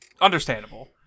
Understandable